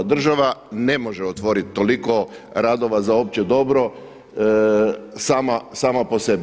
Država ne može otvorit toliko radova za opće dobro sama po sebi.